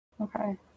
Okay